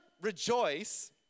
rejoice